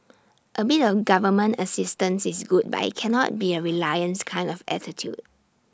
A bit of government assistance is good but IT cannot be A reliance kind of attitude